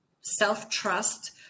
self-trust